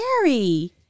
scary